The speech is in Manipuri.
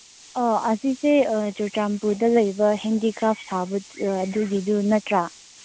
ꯑꯥ ꯑꯁꯤꯁꯦ ꯆꯨꯔꯆꯥꯟꯄꯨꯔꯗ ꯂꯩꯕ ꯍꯦꯟꯗꯤꯀ꯭ꯔꯥꯐ ꯁꯥꯕ ꯑꯗꯨꯒꯤꯗꯨ ꯅꯠꯇ꯭ꯔꯥ